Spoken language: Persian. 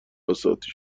بساطی